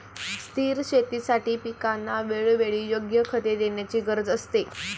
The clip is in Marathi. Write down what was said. स्थिर शेतीसाठी पिकांना वेळोवेळी योग्य खते देण्याची गरज असते